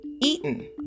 eaten